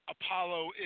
Apollo